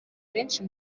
benshi